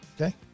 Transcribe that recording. okay